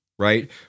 Right